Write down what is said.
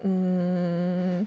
um